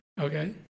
Okay